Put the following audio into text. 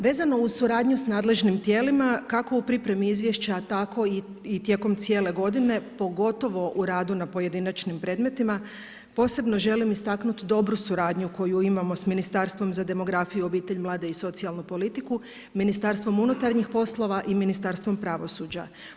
Vezano uz suradnju sa nadležnim tijelima, kako u pripremi izvješća tako i tijekom cijele godine pogotovo u radu na pojedinačnim predmetima, posebno želim istaknuti dobru suradnju koju imamo sa Ministarstvom za demografiju, obitelj, mlade i socijalnu politiku, Ministarstvom unutarnjih poslova i Ministarstvom pravosuđa.